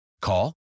Call